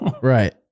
right